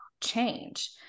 change